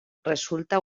resulta